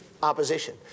Opposition